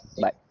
Bye